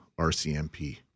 RCMP